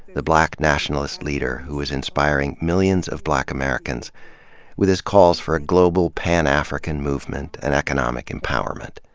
the black nationalist leader who was inspiring millions of black americans with his calls for a global pan-african movement and economic empowerment.